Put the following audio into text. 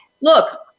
look